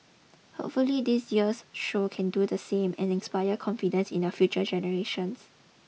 hopefully this year's show can do the same and inspire confidence in our future generations